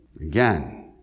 Again